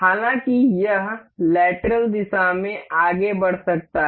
हालांकि यह लेटरल दिशा में आगे बढ़ सकता है